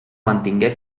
mantingué